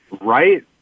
right